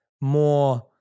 more